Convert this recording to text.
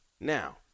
Now